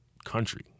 country